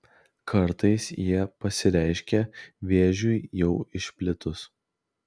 kartais jie pasireiškia vėžiui jau išplitus